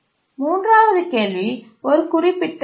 மூன்றாவது கேள்வி ஒரு குறிப்பிட்ட கேள்வி